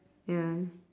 ya